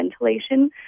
ventilation